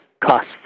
cost